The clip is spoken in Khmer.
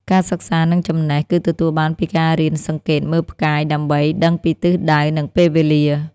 ការសិក្សា និងចំណេះ គឺទទួលបានពីការរៀនសង្កេតមើលផ្កាយដើម្បីដឹងពីទិសដៅ និងពេលវេលា។